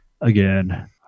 again